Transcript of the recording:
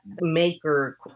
maker